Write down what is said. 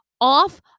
off